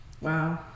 Wow